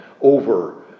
over